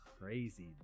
crazy